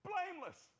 Blameless